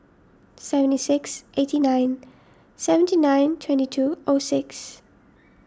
seventy six eighty nine seventy nine twenty two o six